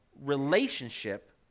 relationship